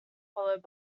followed